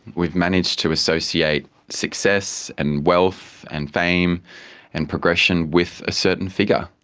we've managed to associate success and wealth and fame and progression with a certain figure,